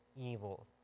evil